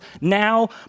now